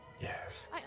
Yes